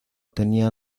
tenía